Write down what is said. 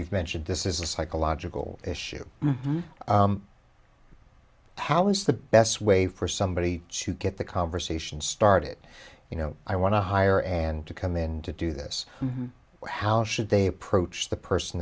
you've mentioned this is a psychological issue how is the best way for somebody to get the conversation started you know i want to hire and to come in to do this how should they approach the person